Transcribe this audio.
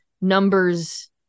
numbers